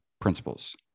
principles